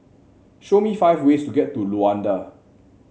show me five ways to get to Luanda